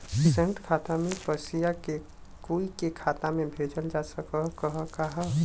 संयुक्त खाता से पयिसा कोई के खाता में भेजल जा सकत ह का?